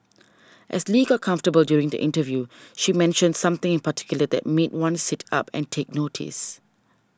as Lee got comfortable during the interview she mentioned something in particular that made one sit up and take notice